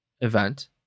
event